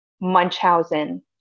Munchausen